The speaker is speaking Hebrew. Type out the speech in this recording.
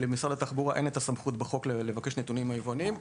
למשרד התחבורה אין את הסמכות בחוק לבקש נתונים מהיבואנים,